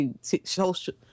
social